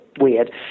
Weird